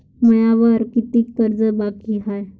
मायावर कितीक कर्ज बाकी हाय?